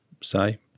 say